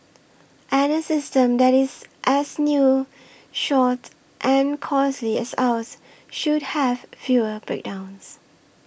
and a system that is as new short and costly as ours should have fewer breakdowns